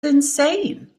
insane